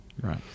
right